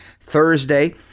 Thursday